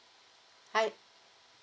I